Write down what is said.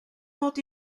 mod